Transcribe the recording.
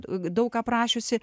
daug aprašiusi